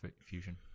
fusion